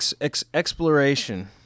Exploration